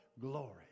glory